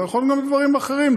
זה נכון גם בדברים אחרים,.